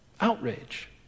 Outrage